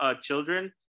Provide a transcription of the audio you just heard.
children